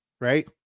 right